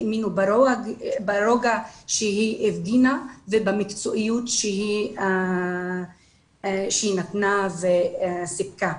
האמינו ברוגע שהיא הפגינה ובמקצועיות שהיא נתנה וסיפקה.